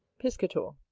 piscator.